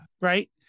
right